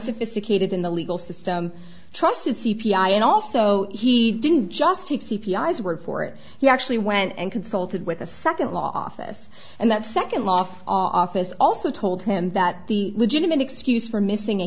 sophisticated in the legal system trusted c p i and also he didn't just take c p r as word for it he actually went and consulted with a second law office and that second loft office also told him that the legitimate excuse for missing a